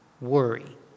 worry